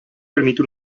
permite